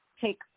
take